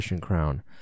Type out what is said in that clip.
Crown